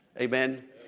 Amen